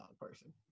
person